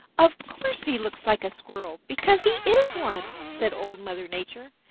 of course he looks like a squirrel, because he is one, said old mother nature.